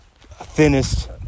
thinnest